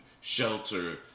shelter